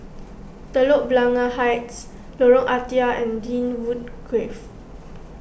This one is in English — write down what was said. Telok Blangah Heights Lorong Ah Thia and Lynwood Grove